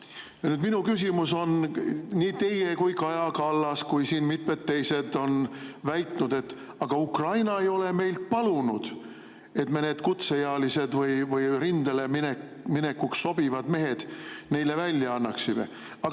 küsimus. Nii teie, Kaja Kallas kui ka mitmed teised on väitnud: Ukraina ei ole meilt palunud, et me need kutseealised või rindele minekuks sobivad mehed neile välja annaksime.